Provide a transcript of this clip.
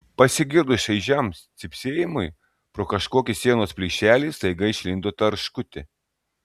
pasigirdus šaižiam cypsėjimui pro kažkokį sienos plyšelį staiga išlindo tarškutė